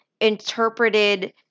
interpreted